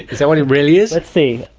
is that what it really is? let's see.